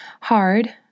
hard